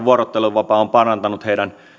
vuorotteluvapaa on parantanut heidän